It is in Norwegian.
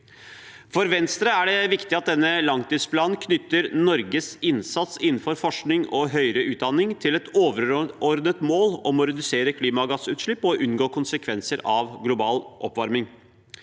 For Venstre er det viktig at denne langtidsplanen knytter Norges innsats innenfor forskning og høyere utdanning til et overordnet mål om å redusere klimagassutslipp og unngå konsekvensene av global oppvarming.